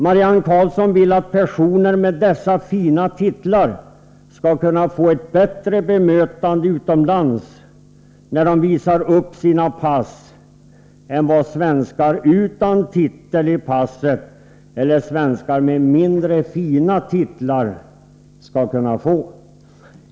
Marianne Karlsson vill att personer med dessa fina titlar skall kunna få ett bättre bemötande utomlands när de visar upp sina pass än vad svenskar utan titel i passet eller svenskar med mindre fina titlar kan få.